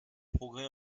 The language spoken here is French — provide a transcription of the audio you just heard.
progrès